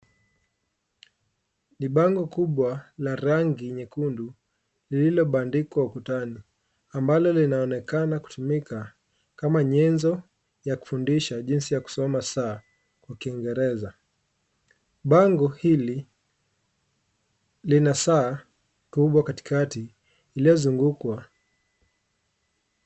Ni bango kubwa la rangi nyekundu lililobandikwa ukutani, ambalo linaonekana kutumika kama nyenzo ya kufundisha jinsi ya kusoma saa kwa kiingereza. Bango hili lina saa kubwa katikati iliyozungukwa.